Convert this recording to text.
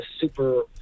super